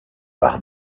par